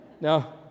No